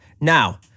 Now